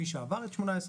מי שעבר את 2018,